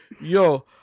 Yo